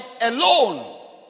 alone